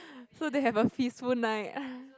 so they have a feastful night